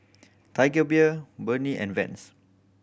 Tiger Beer Burnie and Vans